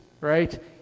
right